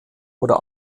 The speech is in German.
oder